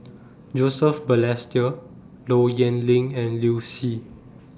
Joseph Balestier Low Yen Ling and Liu Si